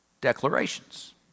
declarations